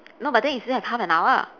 no but then you still have half an hour